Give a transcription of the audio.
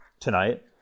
tonight